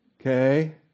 Okay